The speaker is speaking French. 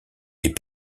est